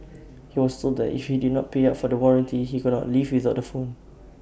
he was sold that if he did not pay up for the warranty he could not leave without the phone